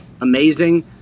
amazing